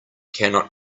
cannot